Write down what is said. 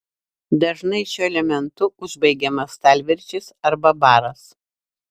dažnai šiuo elementu užbaigiamas stalviršis arba baras